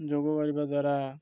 ଯୋଗ କରିବା ଦ୍ୱାରା